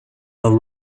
the